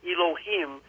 Elohim